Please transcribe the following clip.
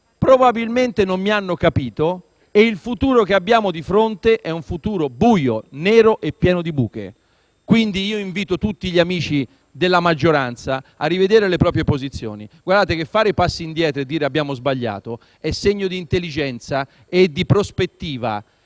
probabilmente non mi hanno capito e il futuro che abbiamo di fronte è buio, nero e pieno di buche. Quindi invito tutti gli amici della maggioranza a rivedere le proprie posizioni. Guardate che fare i passi indietro e dire «abbiamo sbagliato» è segno di intelligenza e di prospettiva.